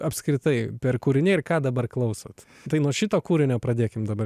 apskritai per kūriniai ir ką dabar klausot tai nuo šito kūrinio pradėkim dabar